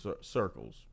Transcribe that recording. circles